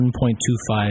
1.25